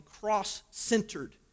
cross-centered